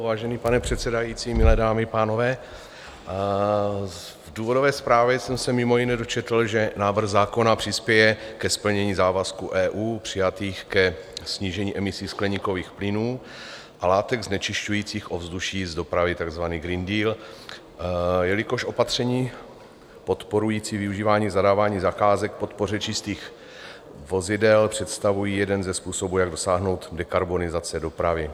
Vážený pane předsedající, milé dámy i pánové, v důvodové zprávě jsem se mimo jiné dočetl, že návrh zákona přispěje ke splnění závazků EU přijatých ke snížení emisí skleníkových plynů a látek znečišťujících ovzduší z dopravy, takzvaný Green Deal, jelikož opatření podporující využívání zadávání zakázek k podpoře čistých vozidel představují jeden ze způsobů, jak dosáhnout dekarbonizace dopravy.